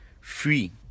free